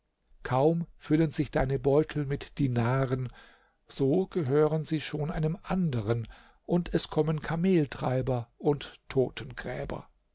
kaum füllen sich deine beutel mit dinaren so gehören sie schon einem anderen und es kommen kameltreiber und totengräber